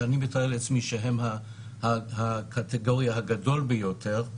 שאני מתאר לעצמי שהם הקטגוריה הגדולה ביותר,